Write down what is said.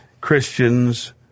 Christians